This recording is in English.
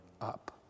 up